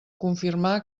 confirmar